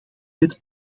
met